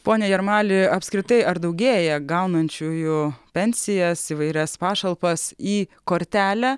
pone jarmali apskritai ar daugėja gaunančiųjų pensijas įvairias pašalpas į kortelę